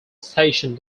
station